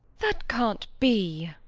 that can't be.